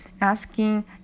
asking